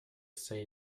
say